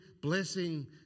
blessing